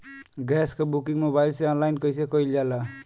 Gas क booking mobile से online कईसे कईल जाला?